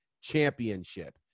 championship